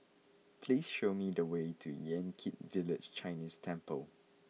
please show me the way to Yan Kit Village Chinese Temple